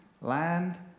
land